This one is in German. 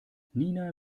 nina